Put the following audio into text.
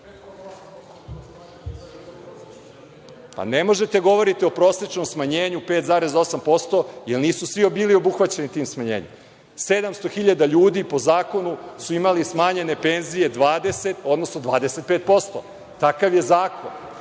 možete da govorite o prosečnom smanjenju 5,8% jer nisu svi bili obuhvaćeni tim smanjenjem. Sedamsto hiljada ljudi po zakonu su imali smanjene penzije 20 odnosno 25%, takav je zakon.